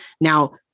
Now